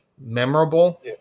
memorable